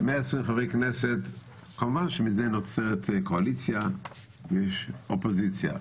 כמובן שמזה נוצרת קואליציה ויש אופוזיציה.